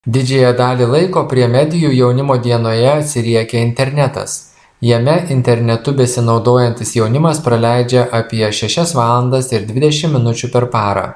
didžiąją dalį laiko prie medijų jaunimo dienoje atsiriekia internetas jame internetu besinaudojantis jaunimas praleidžia apie šešias valandas ir dvidešim minučių per parą